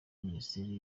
minisiteri